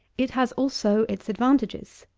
it has also its advantages.